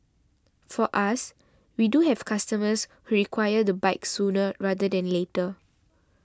for us we do have customers who require the bike sooner rather than later